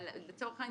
אבל לצורך העניין,